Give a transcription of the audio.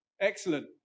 Excellent